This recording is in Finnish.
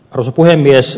arvoisa puhemies